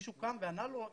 מישהו קם וענה לו,